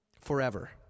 Forever